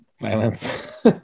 violence